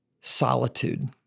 solitude